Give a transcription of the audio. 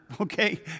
okay